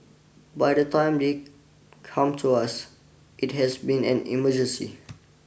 by the time they come to us it has been an emergency